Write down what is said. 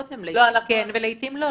לעיתים כן, לעיתים לא.